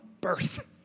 birth